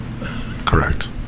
Correct